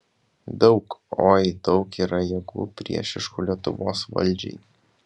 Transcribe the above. daug oi daug yra jėgų priešiškų lietuvos valdžiai